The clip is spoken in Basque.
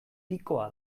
pikoa